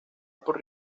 por